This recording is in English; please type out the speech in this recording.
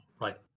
right